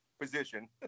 position